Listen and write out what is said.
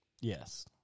Yes